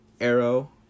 arrow